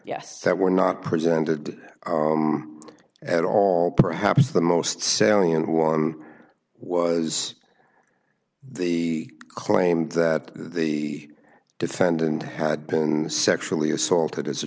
yes that were not presented at all perhaps the most salient one was the claimed that the defendant had been sexually assaulted as a